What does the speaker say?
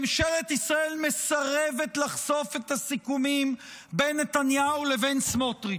ממשלת ישראל מסרבת לחשוף את הסיכומים בין נתניהו לבין סמוטריץ'.